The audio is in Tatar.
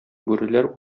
бүреләр